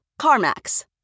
CarMax